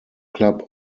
club